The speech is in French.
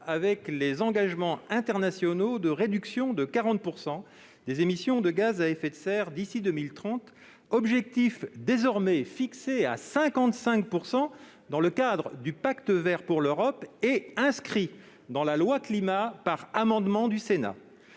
avec les engagements internationaux de réduction de 40 % des émissions de gaz à effet de serre d'ici à 2030, objectif désormais fixé à 55 % dans le cadre du Pacte vert pour l'Europe et inscrit dans la loi Climat, après l'adoption